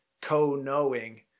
co-knowing